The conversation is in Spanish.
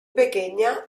pequeña